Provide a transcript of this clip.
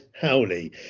Howley